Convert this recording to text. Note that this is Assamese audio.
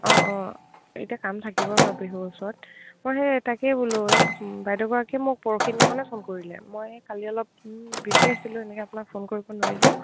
অঁ অঁ এতিয়া কাম থাকিব বাবোবিহুৰ ওচৰত মই সেই তাকে বলো এই বাইদেগৰাকীয়ে মোক পৰশি দিনাখননে ফোন কৰিলে মই কালি অলপ বিজি আছিলোঁ এনেকে আপোনাক ফোন কৰিব নোৱাৰিলোঁ